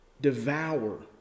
Devour